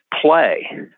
play